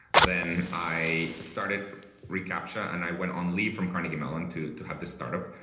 then i started recaptcha. and i went on leave from carnegie mellon to to have this startup.